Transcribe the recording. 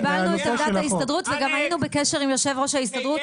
קיבלנו את עמדת ההסתדרות וגם היינו בקשר עם יושב ראש ההסתדרות,